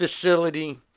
facility